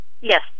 Yes